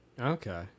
Okay